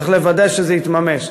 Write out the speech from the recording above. וצריך לוודא שזה יתממש.